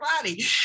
body